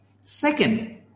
Second